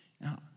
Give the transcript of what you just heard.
Now